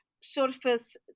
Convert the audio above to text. surface